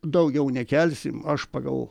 daugiau nekelsim aš pagal